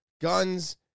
guns